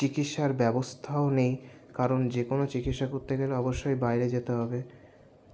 চিকিৎসার ব্যবস্থাও নেই কারণ যে কোনো চিকিৎসা করতে গেলে অবশ্যই বাইরে যেতে হবে